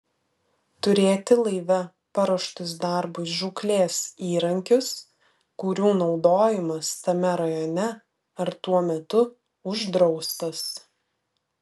turėti laive paruoštus darbui žūklės įrankius kurių naudojimas tame rajone ar tuo metu uždraustas